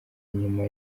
nyuma